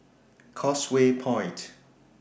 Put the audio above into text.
Causeway Point